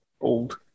old